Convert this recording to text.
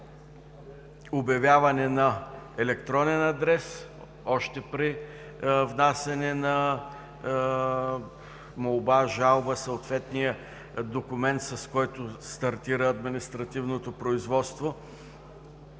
обявяване на електронен адрес още при внасяне на молба, жалба – съответният документ, с който стартира административното производство,